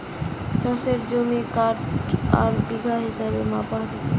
চাষের জমি কাঠা আর বিঘা হিসেবে মাপা হতিছে